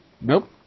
Nope